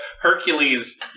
Hercules